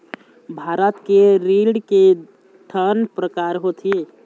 भारत के ऋण के ठन प्रकार होथे?